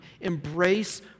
Embrace